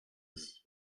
vie